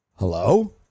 Hello